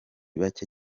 bake